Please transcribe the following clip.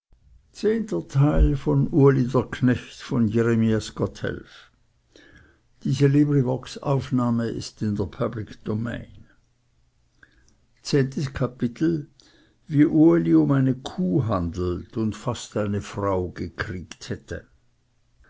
versäumen zehntes kapitel wie uli um eine kuh handelt und fast eine frau gekriegt hätte